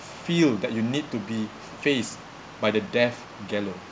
feel that you need to be faced by the death gallow